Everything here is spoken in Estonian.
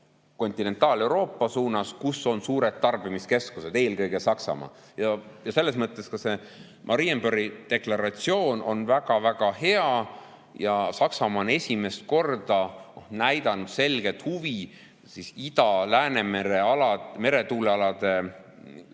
Kontinentaal-Euroopa suunas, kus on suured tarbimiskeskused, eelkõige Saksamaal. Selles mõttes on ka see Marienborgi deklaratsioon väga-väga hea. Saksamaa on esimest korda näidanud selget huvi Ida-Läänemere [piirkonnas